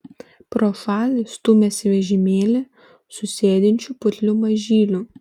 pro šalį stūmėsi vežimėlį su sėdinčiu putliu mažyliu